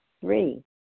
Three